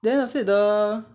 then after that the